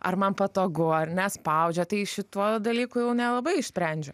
ar man patogu ar nespaudžia tai šituo dalyku jau nelabai išsprendžiu